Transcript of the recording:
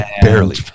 Barely